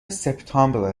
سپتامبر